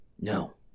No